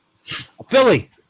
Philly